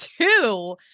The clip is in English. two